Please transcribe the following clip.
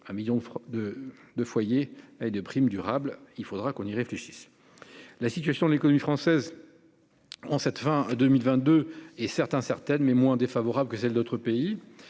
un million de foyers ! Il faudra que l'on y réfléchisse. La situation de l'économie française en cette fin d'année 2022 est certes incertaine, mais moins défavorable que celle d'autres pays.